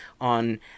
on